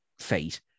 fate